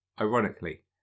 ironically